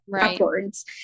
upwards